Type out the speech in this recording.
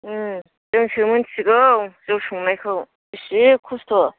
जोंसो मिथिगौ जौ संनायखौ बेसे खस्थ'